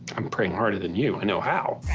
i'm praying harder than you. i know how.